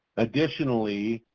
additionally,